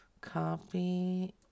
Copy